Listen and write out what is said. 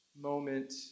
moment